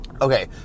Okay